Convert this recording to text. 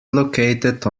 located